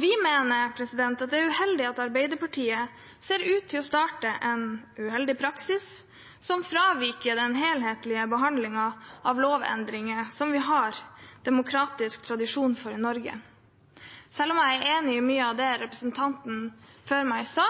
Vi mener det er uheldig at Arbeiderpartiet ser ut til å starte en uheldig praksis som fraviker den helhetlige behandlingen av lovendringer som vi har en demokratisk tradisjon for i Norge. Selv om jeg er enig i mye av det representanten før meg sa,